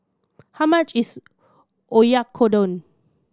how much is Oyakodon